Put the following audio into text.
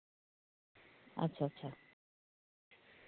अच्छा अच्छा